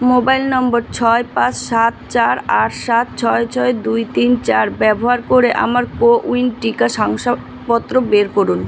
mobile নম্বর ছয় পাঁচ সাত চার আট সাত ছয় ছয় দুই তিন চার ব্যবহার করে আমার কোউইন টিকা শংসাপত্র বের করুন